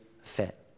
fit